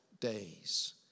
days